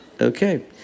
okay